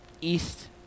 East